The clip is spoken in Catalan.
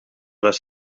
les